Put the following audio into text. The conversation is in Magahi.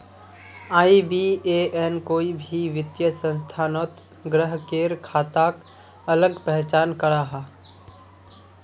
आई.बी.ए.एन कोई भी वित्तिय संस्थानोत ग्राह्केर खाताक अलग पहचान कराहा